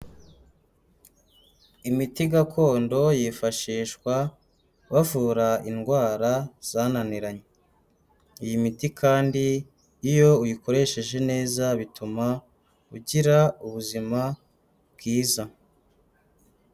Imiti gakondo yifashishwa bavura indwara zananiranye. Iyi miti kandi iyo uyikoresheje neza bituma ugira ubuzima bwiza.